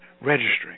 registering